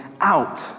out